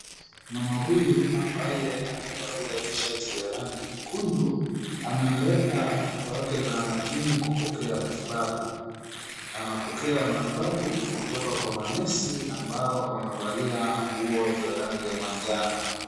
Mama huyu ambaye amevalia tishati ya rangi nyekundu, amemleta mtoto wake zahanatini kupokea matibabu. Anapokea matibabu, kutoka kwa manesi ambao wamevalia nguo za rangi ya manjano.